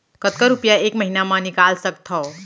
कतका रुपिया एक महीना म निकाल सकथव?